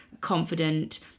confident